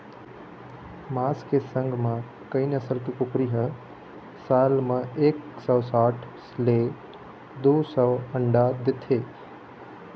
मांस के संग म कइ नसल के कुकरी ह साल म एक सौ साठ ले दू सौ अंडा देथे